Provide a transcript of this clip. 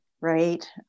Right